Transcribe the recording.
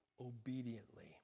obediently